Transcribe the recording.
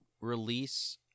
release